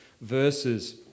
verses